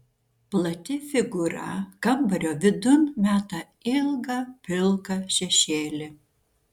plati figūra kambario vidun meta ilgą pilką šešėlį